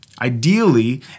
Ideally